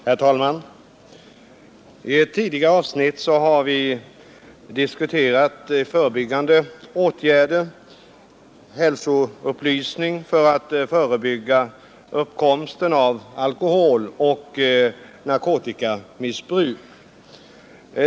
Herr talman! I ett tidigare avsnitt har vi diskuterat förebyggande åtgärder, hälsoupplysning för att förhindra uppkomsten av alkoholoch narkotikamissbruk.